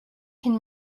can